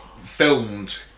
filmed